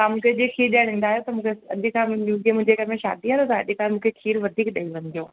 तव्हां मूंखे जीअं खीर ॾिअणु ईंदा आहियो त अॼु खां वठी मूंखे अॼु खां मुंहिंजे घर में शादी आहे त तव्हां अॼु खां मूंखे खीर वधीक ॾई वञिजो